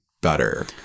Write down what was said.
better